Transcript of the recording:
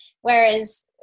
whereas